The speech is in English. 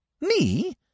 Me